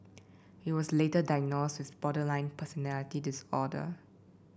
he was later diagnosed with borderline personality disorder